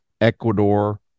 Ecuador